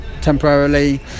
temporarily